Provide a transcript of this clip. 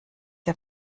der